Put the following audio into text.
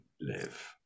live